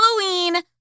Halloween